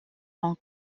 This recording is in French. ont